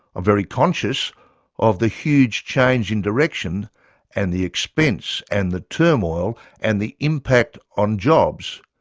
very conscious of the huge change in direction and the expense and the turmoil and the impact on jobs,